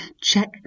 check